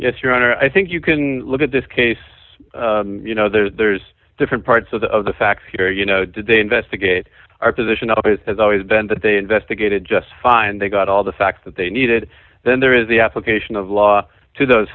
yes your honor i think you can look at this case you know there's different parts of the facts here you know did they investigate our position has always been that they investigated just fine they got all the facts that they needed then there is the application of law to those